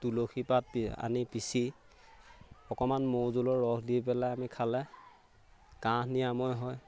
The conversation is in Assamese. তুলসী পাত আনি পিচি অকণমান মৌ জোলৰ ৰস দি পেলাই আমি খালে কাঁহ নিৰাময় হয়